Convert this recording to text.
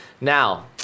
Now